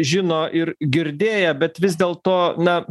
žino ir girdėję bet vis dėl to na